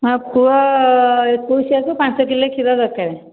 ହଁ ପୁଅ ଏକୋଇସିଆ କୁ ପାଞ୍ଚ କିଲୋ କ୍ଷୀର ଦରକାର